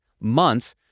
months